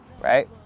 right